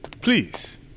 Please